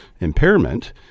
impairment